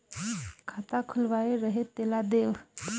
खाता खुलवाय रहे तेला देव?